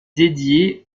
dédié